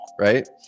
right